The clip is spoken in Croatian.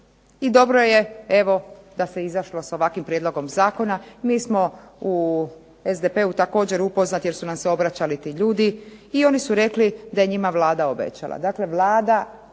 I dobro je evo da se izašlo s ovakvim prijedlogom zakona. Mi smo u SDP-u također upoznati jer su nam se obraćali ti ljudi i oni su rekli da je njima Vlada obećala.